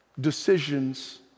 Decisions